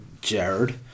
Jared